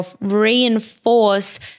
reinforce